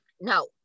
no